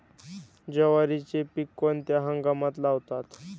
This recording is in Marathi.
ज्वारीचे पीक कोणत्या हंगामात लावतात?